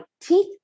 teeth